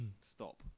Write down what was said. stop